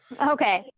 okay